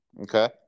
Okay